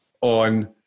on